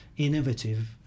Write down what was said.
innovative